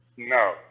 No